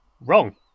Wrong